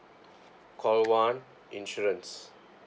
call one insurance